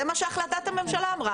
זה מה שהחלטת הממשלה אמרה.